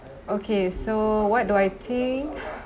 okay so what do I think